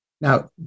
Now